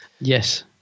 yes